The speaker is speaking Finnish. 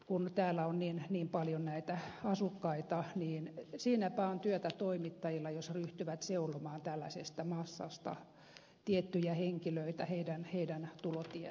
kun täällä on niin paljon näitä asukkaita niin siinäpä on työtä toimittajilla jos he ryhtyvät seulomaan tällaisesta massasta tiettyjä henkilöitä heidän tulotietojaan